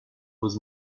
was